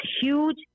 huge